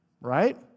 right